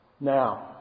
Now